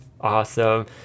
awesome